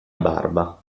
barba